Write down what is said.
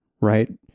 right